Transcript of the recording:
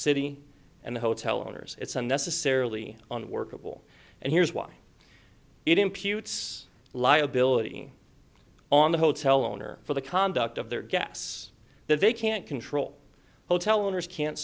city and the hotel owners it's unnecessarily on workable and here's why it imputes liability on the hotel owner for the conduct of their gas that they can't control hotel owners can't